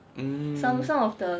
mm